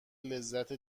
لذت